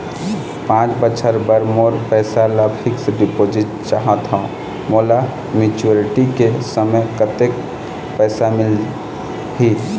पांच बछर बर मोर पैसा ला फिक्स डिपोजिट चाहत हंव, मोला मैच्योरिटी के समय कतेक पैसा मिल ही?